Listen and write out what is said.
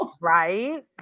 Right